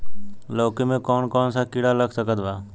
लौकी मे कौन कौन सा कीड़ा लग सकता बा?